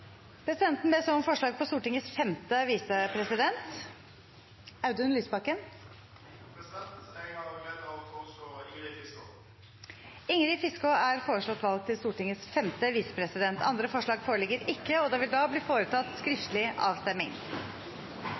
ber så om forslag på Stortingets femte visepresident . Jeg har gleden av å foreslå Ingrid Fiskaa . Ingrid Fiskaa er foreslått valgt til Stortingets femte visepresident. – Andre forslag foreligger ikke. Det